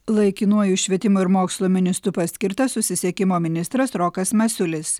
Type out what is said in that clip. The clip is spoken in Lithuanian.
laikinuoju švietimo ir mokslo ministru paskirtas susisiekimo ministras rokas masiulis